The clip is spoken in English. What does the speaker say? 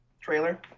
trailer